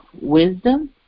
wisdom